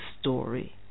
story